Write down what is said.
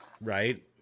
right